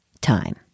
time